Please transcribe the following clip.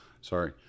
sorry